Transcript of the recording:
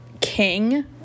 king